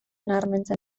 nabarmentzen